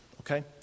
okay